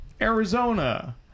Arizona